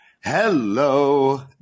Hello